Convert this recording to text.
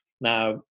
Now